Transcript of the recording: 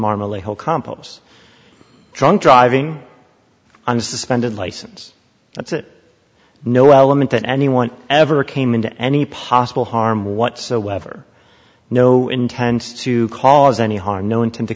marmalade whole compos drunk driving on a suspended license that's it no element that anyone ever came into any possible harm whatsoever no intent to cause any harm